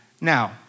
Now